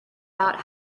out